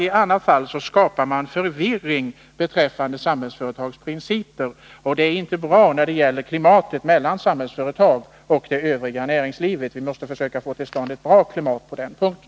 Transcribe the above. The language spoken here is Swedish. I annat fall skapar man förvirring beträffande Samhällsföretags principer, och det är inte bra för klimatet mellan Samhällsföretag och det övriga näringslivet. Vi måste försöka få till stånd ett bra klimat på den punkten.